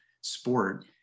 sport